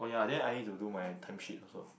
oh ya then I need to do my time sheet also